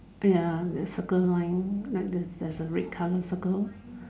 ya the circle line like there's there's the red colour circle